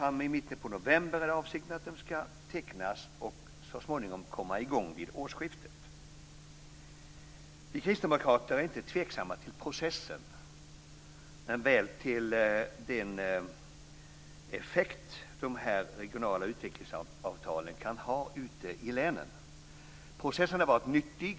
Avsikten är att avtal ska tecknas i mitten på november och att det ska komma i gång vid årsskiftet. Vi kristdemokrater är inte tveksamma till processen, men väl till den effekt de regionala utvecklingsavtalen kan ha ute i länen. Processen har varit nyttig.